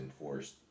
enforced